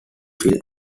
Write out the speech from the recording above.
film